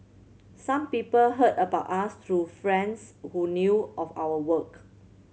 some people heard about us through friends who knew of our work